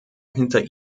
hinter